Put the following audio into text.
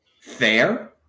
fair